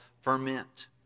ferment